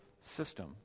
system